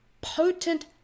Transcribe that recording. potent